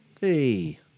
Hey